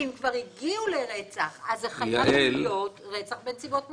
הם כבר הגיעו לרצח אז זה חייב להיות רצח בנסיבות מחמירות.